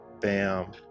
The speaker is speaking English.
Bam